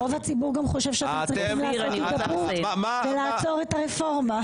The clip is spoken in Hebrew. רוב הציבור גם חושב שאנחנו צריכים לעשות הידברות ולעצור את הרפורמה.